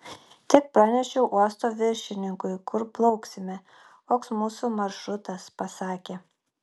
tik pranešiau uosto viršininkui kur plauksime koks mūsų maršrutas pasakė